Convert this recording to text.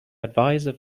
advisor